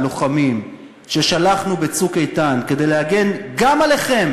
הלוחמים ששלחנו ב"צוק איתן" כדי להגן גם עליכם.